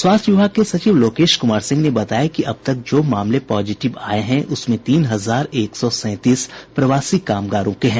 स्वास्थ्य विभाग के सचिव लोकेश कुमार सिंह ने बताया कि अब तक जो मामले पॉजिटिव आये हैं उसमें तीन हजार एक सौ सैंतीस प्रवासी कामगारों के हैं